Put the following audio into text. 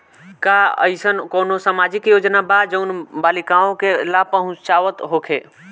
का एइसन कौनो सामाजिक योजना बा जउन बालिकाओं के लाभ पहुँचावत होखे?